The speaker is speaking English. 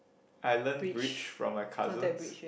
I learnt bridge from my cousins